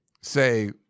say